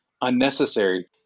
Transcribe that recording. unnecessary